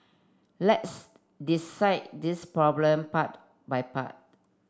let's dissect this problem part by part